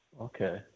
okay